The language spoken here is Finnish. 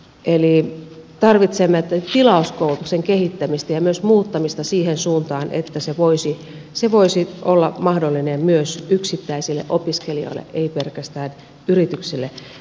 eli tarvitsemme tätä tilauskoulutuksen kehittämistä ja myös muuttamista siihen suuntaan että se voisi olla mahdollinen myös yksittäisille opiskelijoille ei pelkästään yrityksille